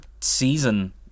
season